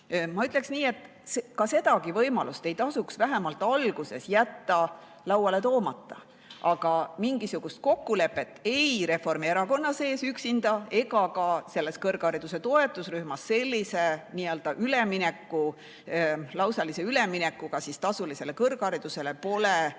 Ma ütleksin nii, et sedagi võimalust ei tasuks vähemalt alguses jätta lauale toomata, aga mingisugust kokkulepet ei Reformierakonna sees üksinda ega ka selles kõrghariduse toetusrühmas nii-öelda lausalise ülemineku kohta tasulisele kõrgharidusele pole,